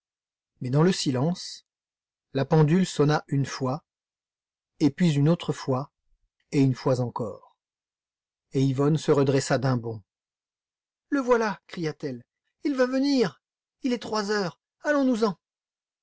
mais dans le silence la pendule sonna une fois et puis une autre fois et une fois encore et yvonne se redressa d'un bond le voilà cria-t-elle il va venir il est trois heures allons-nous-en